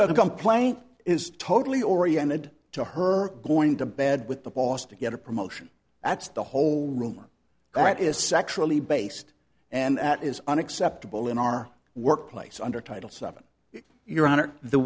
going to complaint is totally oriented to her going to bed with the boss to get a promotion that's the whole room that is sexually based and that is unacceptable in our workplace under title seven your honor the